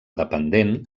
dependent